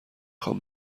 خوام